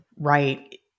Right